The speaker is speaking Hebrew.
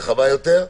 רחבה יותר,